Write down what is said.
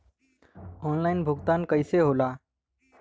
Online भुगतान कईसे होला?